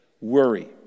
worry